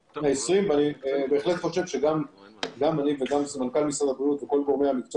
גם אני וגם סמנכ"ל משרד הבריאות וכל גורמי המקצוע